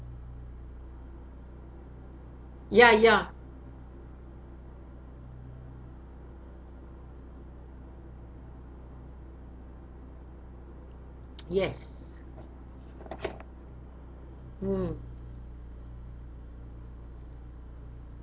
ya ya yes mm